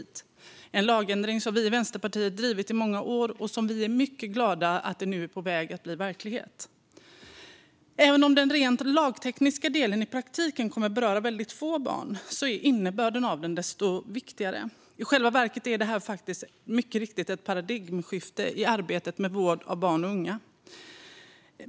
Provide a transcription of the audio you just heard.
Detta är en lagändring som vi i Vänsterpartiet har drivit på för i många år, och vi är mycket glada över att den nu är på väg att bli verklighet. Även om den rent lagtekniska delen i praktiken kommer att beröra väldigt få barn är innebörden av den desto viktigare. I själva verket är detta faktiskt, mycket riktigt, ett paradigmskifte i arbetet med vård av barn och unga.